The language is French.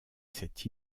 cet